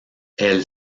elle